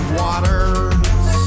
waters